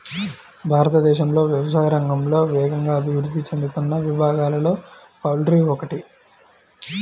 భారతదేశంలో వ్యవసాయ రంగంలో వేగంగా అభివృద్ధి చెందుతున్న విభాగాలలో పౌల్ట్రీ ఒకటి